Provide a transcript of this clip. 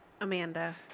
Amanda